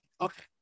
Okay